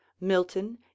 milton